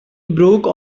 broke